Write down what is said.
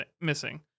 missing